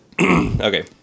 Okay